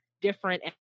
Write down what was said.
different